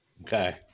Okay